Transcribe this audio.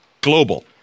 Global